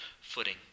footing